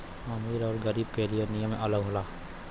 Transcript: अमीर अउर गरीबो के लिए नियम अलग होला